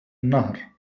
النهر